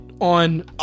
on